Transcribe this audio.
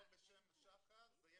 אין